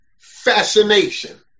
fascination